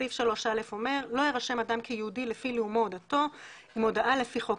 סעיף 3א אומר: 'לא יירשם אדם כיהודי לפי לאומו או דתו אם הודעה לפי חוק